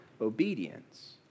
obedience